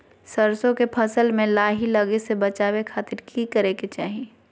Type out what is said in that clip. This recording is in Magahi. सरसों के फसल में लाही लगे से बचावे खातिर की करे के चाही?